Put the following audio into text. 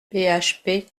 php